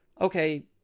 okay